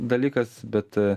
dalykas bet